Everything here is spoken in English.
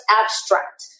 abstract